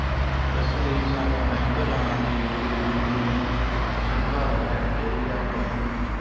ਇਸ ਲਈ ਸਾਨੂੰ ਬੈਂਕ ਜਾਣ ਦੀ ਜ਼ਰੂਰਤ ਨਹੀਂ ਅਸੀਂ ਘਰ ਬੈਠ ਕੇ ਹੀ ਆਪਣੇ